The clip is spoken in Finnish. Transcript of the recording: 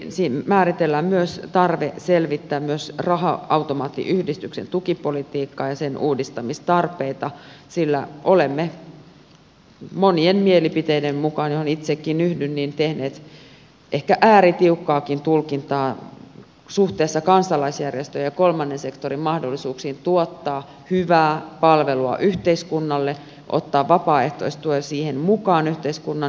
siinä määritellään myös tarve selvittää raha automaattiyhdistyksen tukipolitiikkaa ja sen uudistamistarpeita sillä olemme monien mielipiteiden mukaan joihin itsekin yhdyn tehneet ehkä ääritiukkaakin tulkintaa suhteessa kansalaisjärjestöjen ja kolmannen sektorin mahdollisuuksiin tuottaa hyvää palvelua yhteiskunnalle ottaa vapaaehtoistyön siihen mukaan yhteiskunnan hyväksi